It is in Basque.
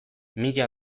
mila